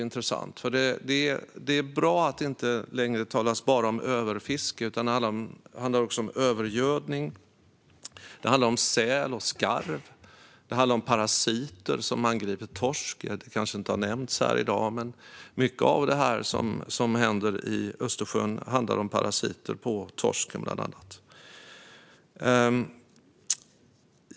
Det är bra att det inte längre bara talas om överfiske, för det handlar också om övergödning, säl och skarv. Det handlar om parasiter som angriper torsk. Det har kanske inte nämnts här i dag, men mycket av det som händer i Östersjön handlar om parasiter på bland annat torsk.